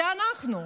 זה אנחנו.